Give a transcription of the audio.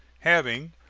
having,